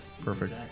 Perfect